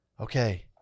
okay